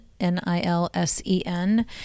N-I-L-S-E-N